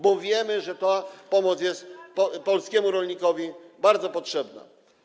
bo wiemy, że ta pomoc jest polskim rolnikom bardzo potrzebna.